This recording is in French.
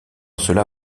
cela